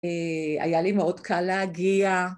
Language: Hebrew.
היה לי מאוד קל להגיע.